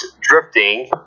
drifting